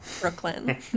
Brooklyn